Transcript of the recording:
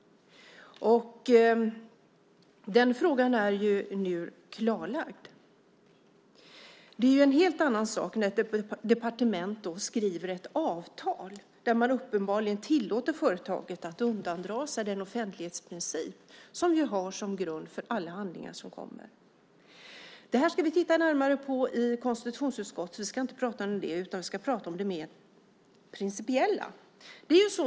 Den frågan är nu klarlagd. Det är en helt annan sak när ett departement skriver ett avtal där man uppenbarligen tillåter företaget att undandra sig den offentlighetsprincip som vi har som grund för alla handlingar som kommer. Det här ska vi titta närmare på i konstitutionsutskottet så vi ska inte prata mer om det, utan vi ska prata om det mer principiella.